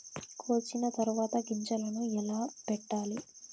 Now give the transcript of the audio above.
కోసిన తర్వాత గింజలను ఎలా పెట్టాలి